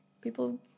People